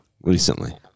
Recently